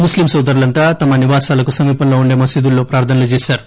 ముస్లిం నోదరులంతా తమ నివాసాలకు సమీపంలో వుండే మసీదుల్లో ప్రార్ధనలు చేశారు